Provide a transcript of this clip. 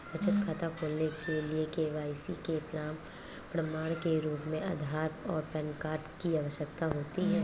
बचत खाता खोलने के लिए के.वाई.सी के प्रमाण के रूप में आधार और पैन कार्ड की आवश्यकता होती है